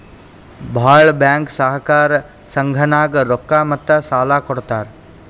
ಭಾಳ್ ಬ್ಯಾಂಕ್ ಸಹಕಾರ ಸಂಘನಾಗ್ ರೊಕ್ಕಾ ಮತ್ತ ಸಾಲಾ ಕೊಡ್ತಾರ್